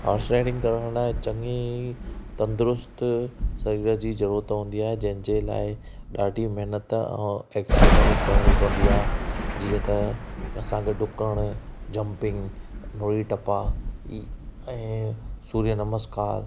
horse riding करण लाइ चंङी तंदुरुस्त सरीर जी ज़रूरत हूंदी आहे जंहिं जे लाइ ॾाढी मेहनत ऐं एक्सरसाइज़ करणी पवंदी आहे जीअं त असां खे ॾुकणु जंपिंग नोड़ी टिपा ई ऐं सूर्य नमस्कार